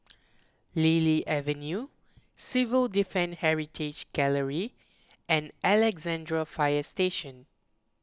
Lily Avenue Civil Defence Heritage Gallery and Alexandra Fire Station